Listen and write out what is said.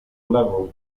level